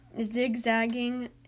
zigzagging